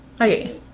Okay